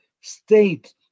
state